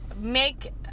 make